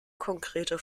konkrete